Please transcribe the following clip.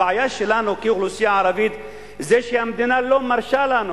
הבעיה שלנו כאוכלוסייה ערבית זה שהמדינה לא מרשה לנו,